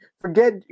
forget